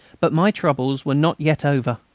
but my troubles were not yet over.